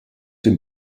den